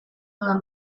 dudan